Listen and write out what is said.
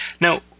Now